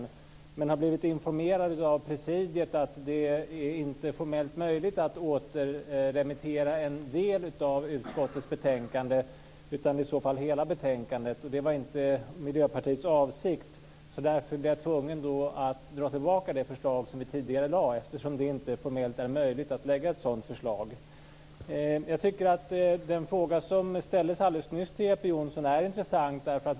Men jag har blivit informerad av presidiet om det inte är formellt möjligt att återremittera en del av utskottets betänkande. Det skulle i så fall gälla hela betänkandet. Det var inte Miljöpartiets avsikt. Därför blir jag tvungen att dra tillbaka det förslag som vi tidigare lade fram, eftersom det inte formellt är möjligt att lägga fram ett sådant förslag. Jag tycker att den fråga som ställdes alldeles nyss till Jeppe Johnsson är intressant.